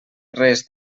res